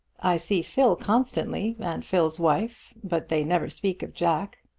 i see phil constantly, and phil's wife, but they never speak of jack.